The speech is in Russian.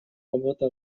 работа